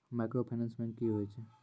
Microfinance bank की होय छै?